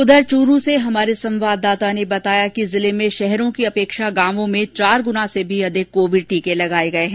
उधर चूरू से हमारे संवाददाता ने बताया कि जिले में शहरों की अपेक्षा गांवों में चारगुना से भी अधिक कोविड टीके लगाये गये हैं